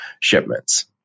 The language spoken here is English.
shipments